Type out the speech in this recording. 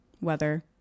weather